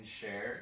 share